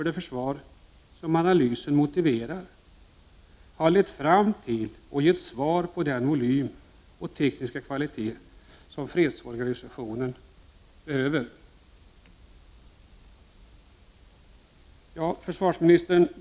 Det är självklart en stor brist att den knappa tid som stått till buds inte medgivit något remissförfarande.